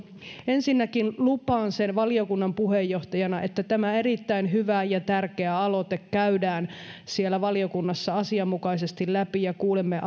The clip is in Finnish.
ensinnäkin lupaan valiokunnan puheenjohtajana että tämä erittäin hyvä ja tärkeä aloite käydään siellä valiokunnassa asianmukaisesti läpi ja kuulemme